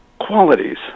qualities